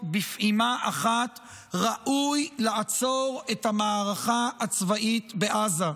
בפעימה אחת ראוי לעצור את המערכה הצבאית בעזה,